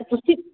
ਤੁਸੀਂ